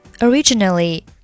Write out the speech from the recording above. Originally